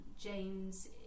James